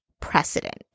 precedent